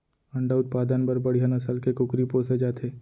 अंडा उत्पादन बर बड़िहा नसल के कुकरी पोसे जाथे